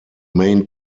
main